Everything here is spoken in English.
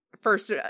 first